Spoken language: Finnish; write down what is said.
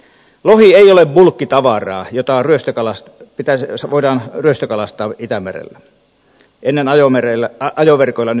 lohi ei ole bulkkitavaraa jota voidaan ryöstökalastaa itämerellä ennen ajoverkoilla nyt ajosiimalla